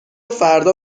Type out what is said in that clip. فردا